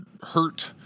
hurt